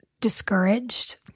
discouraged